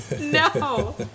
No